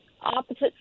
opposite